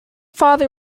father